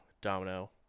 domino